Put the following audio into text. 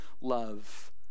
love